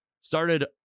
started